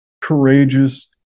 courageous